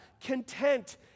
content